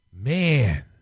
Man